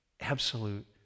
Absolute